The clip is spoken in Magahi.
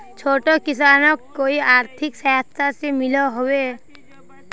छोटो किसानोक कोई आर्थिक सहायता मिलोहो होबे?